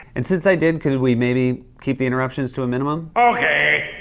and since i did, can we maybe keep the interruptions to a minimum? okay.